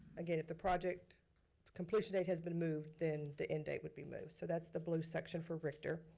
again, if the project completion date has been moved, then, the end date would be moved. so that's the blue section for ric-tor.